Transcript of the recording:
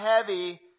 heavy